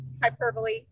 hyperbole